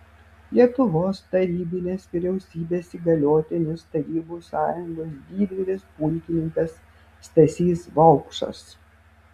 lietuvos tarybinės vyriausybės įgaliotinis tarybų sąjungos didvyris pulkininkas stasys vaupšas